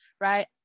right